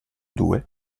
due